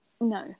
no